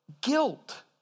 guilt